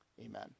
amen